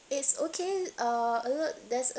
it's okay uh al~ there's a